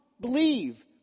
Believe